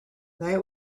night